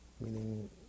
meaning